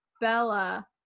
Bella